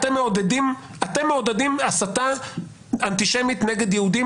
אתם מעודדים הסתה אנטישמית נגד יהודים